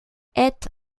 est